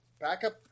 Backup